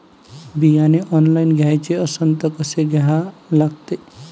बियाने ऑनलाइन घ्याचे असन त कसं घ्या लागते?